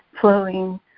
flowing